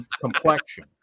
complexion